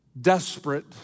desperate